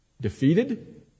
Defeated